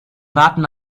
warten